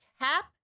tap